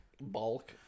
Bulk